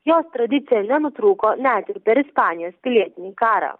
jos tradicija nenutrūko net ir per ispanijos pilietinį karą